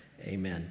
amen